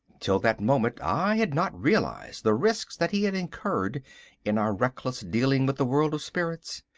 till that moment i had not realised the risks that he had incurred in our reckless dealing with the world of spirits.